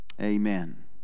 amen